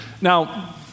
Now